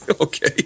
Okay